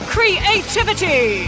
Creativity